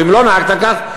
ואם לא נהגת כך,